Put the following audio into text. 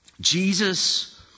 Jesus